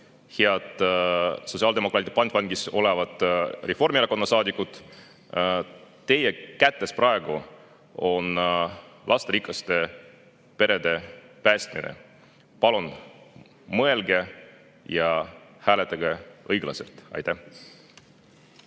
head sotsiaaldemokraatide pantvangis olevad Reformierakonna saadikud, teie kätes on praegu lasterikaste perede päästmine. Palun mõelge ja hääletage õiglaselt. Aitäh!